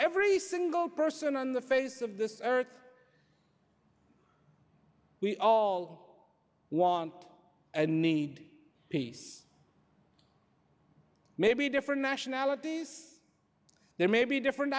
every single person on the face of this earth we all want and need peace may be different nationalities there may be different